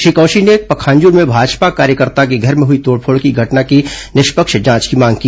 श्री कौशिक ने पखांजूर में भाजपा कार्यकर्ता के घर में हई तोडफोड़ की घटना की निष्पक्ष जांच की मांग की